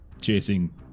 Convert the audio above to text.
chasing